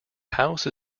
house